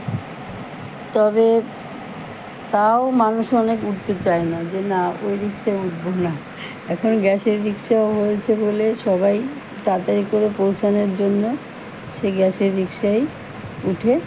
তবে তাও মানুষ অনেক উঠতে চায় না যে না ওই রিক্সা উঠবো না এখন গ্যাসের রিক্সাও হয়েছে বলে সবাই তাড়াতাড়ি করে পৌঁছানোর জন্য সেই গ্যাসের রিক্সাই ওঠে